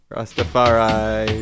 Rastafari